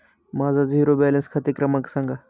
माझा zero balance खाते क्रमांक सांगा